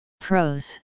Pros